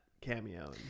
cameo